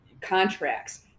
contracts